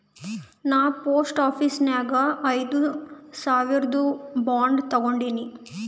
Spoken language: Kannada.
ನಾ ಪೋಸ್ಟ್ ಆಫೀಸ್ ನಾಗ್ ಐಯ್ದ ಸಾವಿರ್ದು ಬಾಂಡ್ ತಗೊಂಡಿನಿ